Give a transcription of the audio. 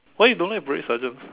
why you don't like parade sergeant